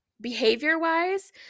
behavior-wise